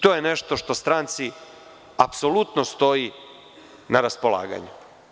To je nešto što stranci apsolutno stoji na raspolaganju.